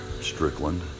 Strickland